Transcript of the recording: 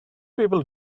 people